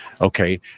Okay